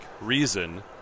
reason